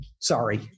Sorry